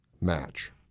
match